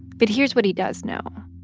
but here's what he does know.